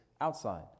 outside